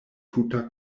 tuta